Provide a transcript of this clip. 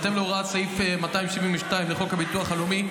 בהתאם להוראת סעיף 272 לחוק הביטוח הלאומי,